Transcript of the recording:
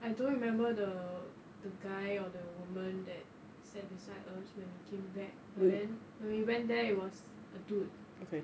I don't remember the the guy or the woman that sat beside us when we came back but then we went there was a dude